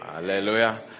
Hallelujah